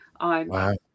Wow